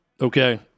okay